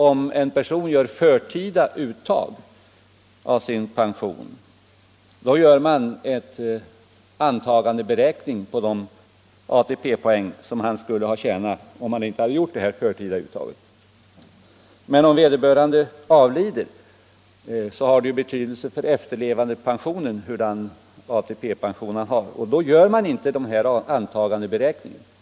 Om en person gör förtida uttag av sin pension, görs det en antagandeberäkning av de ATP-poäng som han skulle ha tjänat in om han inte gjort det förtida uttaget. Men om vederbörande avlider, har det betydelse för efterlevandepensionen hur många ATP-år han har, och då gör man inte den här antagandeberäkningen.